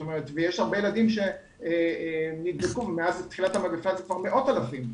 ויש הרבה ילדים שנדבקו ומאז תחילת המגיפה זה כבר מאות אלפים.